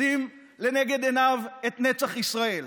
לשים לנגד עיניו את נצח ישראל,